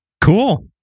Cool